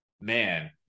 man